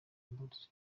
imbarutso